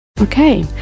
okay